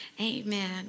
Amen